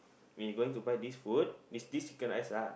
we going to buy this food this this chicken-rice ah